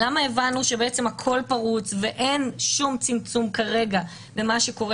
למה הבנו שבעצם הכול פרוץ ואין שום צמצום כרגע במה שקורה